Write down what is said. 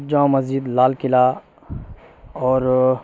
جامع مسجد لال قلعہ اور